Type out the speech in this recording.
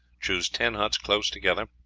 choose ten huts close together.